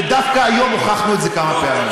ודווקא היום הוכחנו את זה כמה פעמים.